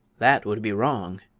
that would be wrong,